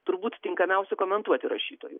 turbūt tinkamiausių komentuoti rašytojų